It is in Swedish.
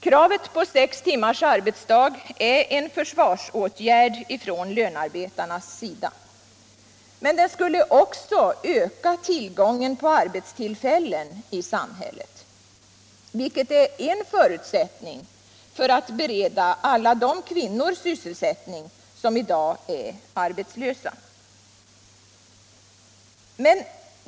Kravet på sex timmars arbetsdag är 10 november 1976' en försvarsåtgärd från lönearbetarnas sida, men sextimmarsdagen skulle också öka tillgången på arbetstillfällen i samhället. vilket är en förut — Vissa socialvårdssättning för att bereda alla de kvinnor sysselsättning som i dag är ar — frågor m.m. betslösa.